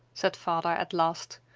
said father, at last.